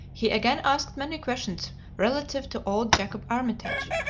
he again asked many questions relative to old jacob armitage,